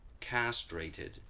castrated